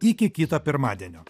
iki kito pirmadienio